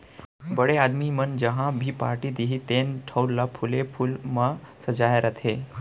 बड़े आदमी मन जहॉं भी पारटी देहीं तेन ठउर ल फूले फूल म सजाय रथें